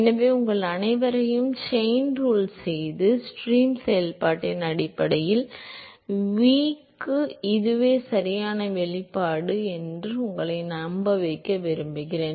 எனவே உங்கள் அனைவரையும் செயின் ரூல் செய்து ஸ்ட்ரீம் செயல்பாட்டின் அடிப்படையில் v க்கு இதுவே சரியான வெளிப்பாடு என்று உங்களை நம்பவைக்க விரும்புகிறேன்